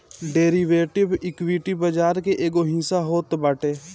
derivative, equity बाजार के एगो हिस्सा होत बाटे